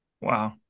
Wow